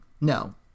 no